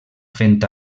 fent